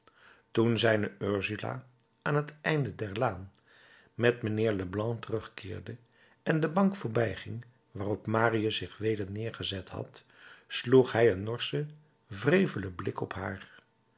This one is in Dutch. toen zijne ursula aan t einde der laan met mijnheer leblanc terugkeerde en de bank voorbijging waarop marius zich weder neergezet had sloeg hij een norschen wrevelen blik op haar